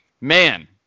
Man